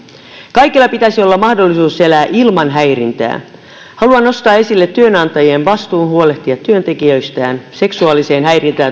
kaikilla pitäisi olla mahdollisuus elää ilman häirintää haluan nostaa esille työnantajien vastuun huolehtia työntekijöistään seksuaaliseen häirintään